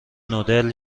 نودل